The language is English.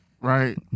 right